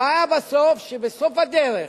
הבעיה בסוף, שבסוף הדרך